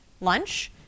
lunch